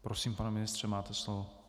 Prosím, pane ministře, máte slovo.